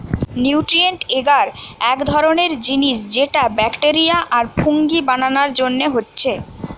nutrient এগার এক ধরণের জিনিস যেটা ব্যাকটেরিয়া আর ফুঙ্গি বানানার জন্যে হচ্ছে